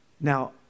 Now